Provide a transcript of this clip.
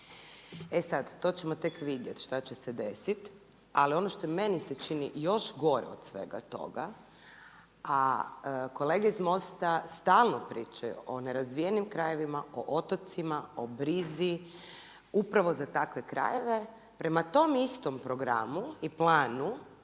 E sada, to ćemo tek vidjeti što će se desiti. Ali ono što je meni se čini još gore od svega toga a kolege iz MOST-a stalno pričaju o nerazvijenim krajevima, o otocima, o brizi upravo za takve krajeve. Prema tom istom programu i planu,